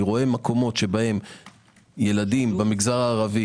אני רואה מקומות שבהם ילדים במגזר הערבי